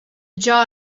jar